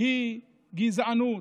היא גזענות,